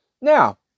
Now